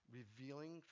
revealing